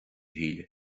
shíle